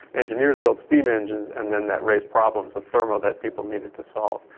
engineers built steam engines. and then, that raised problems of thermo that people needed to solve.